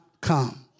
come